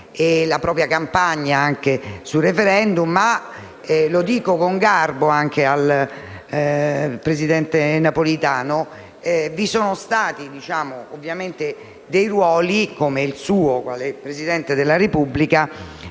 e la propria campagna anche sul *referendum*; tuttavia - lo dico con garbo anche al presidente Napolitano - sono stati esercitati dei ruoli, come il suo quale Presidente della Repubblica,